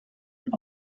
und